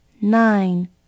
Nine